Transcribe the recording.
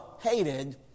hated